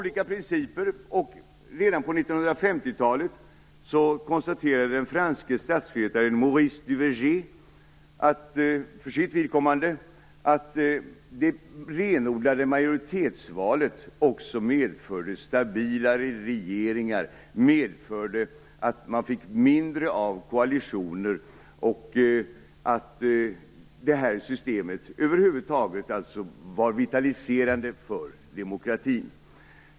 Redan på 1950-talet konstaterade den franske statsvetaren Maurice Duverger för sitt vidkommande att det renodlade majoritetsvalet medförde stabilare regeringar, att man fick mindre av koalitioner och över huvud taget att detta system var vitaliserande för demokratin.